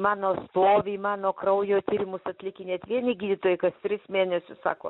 mano stovį mano kraujo tyrimus atlikinėt vieni gydytojai kas tris mėnesius sako